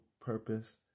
purpose